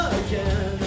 again